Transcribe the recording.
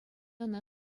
ӑна